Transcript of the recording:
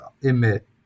emit